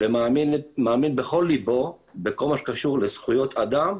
ומאמין בכל ליבו בכל מה שקשור לזכויות אדם,